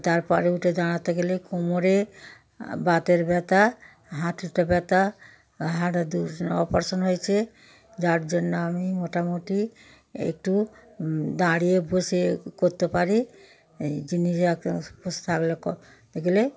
তার পরে উঠে দাঁড়াতে গেলে কোমরে বাতের ব্যথা হাঁটুতে ব্যথা হাড়ে অপারেশন হয়েছে যার জন্য আমি মোটামুটি একটু দাঁড়িয়ে বসে করতে পারি এই জিনিস থাকলে করতে গেলে